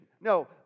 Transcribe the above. No